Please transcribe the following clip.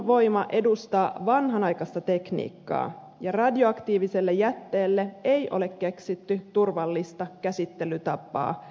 ydinvoima edustaa vanhanaikaista tekniikkaa ja radioaktiiviselle jätteelle ei ole keksitty turvallista käsittelytapaa